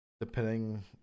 depending